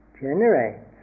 generates